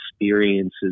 experiences